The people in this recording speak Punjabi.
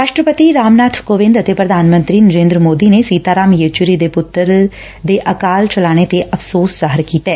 ਰਾਸ਼ਟਰਪਤੀ ਰਾਮ ਨਾਬ ਕੋਵਿੰਦ ਅਤੇ ਪ੍ਰਧਾਨ ਮੰਤਰੀ ਨਰੇਂਦਰ ਮੋਦੀ ਨੇ ਸੀਤਾਰਾਮ ਯੇਚੁਰੀ ਦੇ ਪ੍ਰੱਤਰ ਦੇ ਅਕਾਲ ਚਲਾਣੇ ਤੇ ਅਫਸੋਸ ਜ਼ਾਹਿਰ ਕੀਤੈ